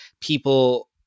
people